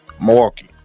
Milwaukee